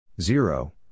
Zero